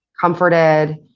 comforted